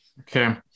okay